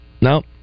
No